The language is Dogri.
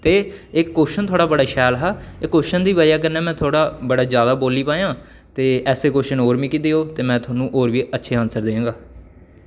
ते एह् क्वेच्शन थुआढ़ा बड़ा शैल हा ते एह् क्वेच्शन दी बजह कन्नै में थोह्ड़ा बड़ा जादा बोली पाया ते ऐसे क्वेच्शन होर मिगी देओ ते में थुआनूं होर बी अच्छे ऑनसर देआं गा